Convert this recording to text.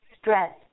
stress